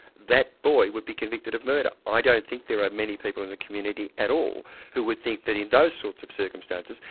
that boy would be convicted of murder. i don't think there are many people in the community at all who would think that in those sorts of circumstances,